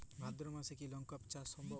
ভাদ্র মাসে কি লঙ্কা চাষ সম্ভব?